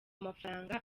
amafaranga